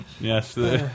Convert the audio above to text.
Yes